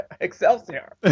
Excelsior